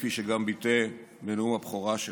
כפי שגם ביטא בנאום הבכורה שלו,